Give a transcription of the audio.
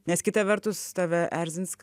nes kita vertus tave erzins